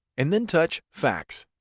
and then touch fax.